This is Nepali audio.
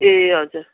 ए हजुर